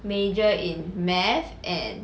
major in math and